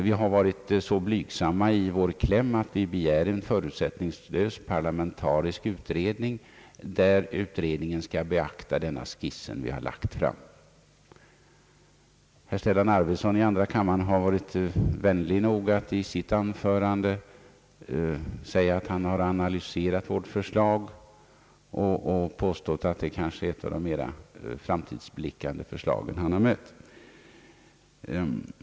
Vi har varit så blygsamma i vår kläm att vi begär en förutsättningslös parlamentarisk utredning, som skall beakta den skiss vi presenterat. Herr Stellan Arvidson i andra kammaren har varit vänlig nog att i sitt anförande säga, att han har analyserat vårt förslag och funnit att det kanske är ett av de mera framtidsblickande förslagen han mött.